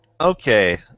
Okay